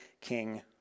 king